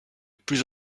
plus